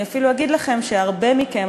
אני אפילו אגיד לכם שהרבה מכם,